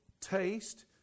taste